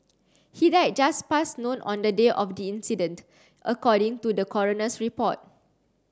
he died just past noon on the day of the incident according to the coroner's report